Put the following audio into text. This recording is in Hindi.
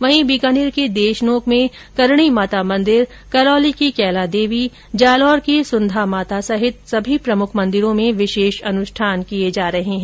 वहीं बीकानेर के देशनोक में करणी माता मंदिर करौली की कैला देवी जालौर की सुण्धा माता सहित सभी प्रमुख मंदिरा में विशेष अनुष्ठान किये जा रहे है